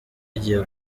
igiye